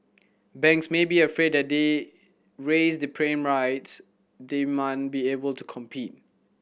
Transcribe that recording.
banks may be afraid that they raise the prime rights they man be able to compete